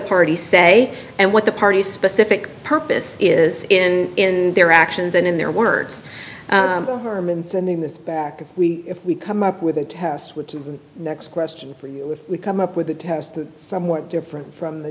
party say and what the party specific purpose is and in their actions and in their words hermanson in this back if we if we come up with a test which is the next question for you we come up with a test that somewhat different from the